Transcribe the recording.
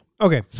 Okay